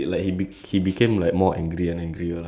and then you play this sad piano music